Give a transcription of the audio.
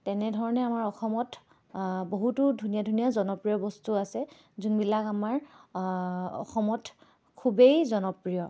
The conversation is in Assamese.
তেনেধৰণে আমাৰ অসমত বহুতো ধুনীয়া ধুনীয়া জনপ্ৰিয় বস্তু আছে যোনবিলাক আমাৰ অসমত খুবেই জনপ্ৰিয়